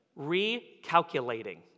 recalculating